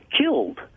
killed